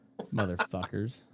motherfuckers